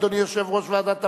אדוני יושב-ראש ועדת הפנים,